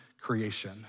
creation